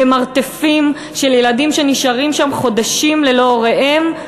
במרתפים, של ילדים שנשארים שם חודשים ללא הוריהם,